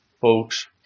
folks